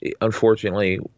unfortunately